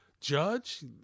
Judge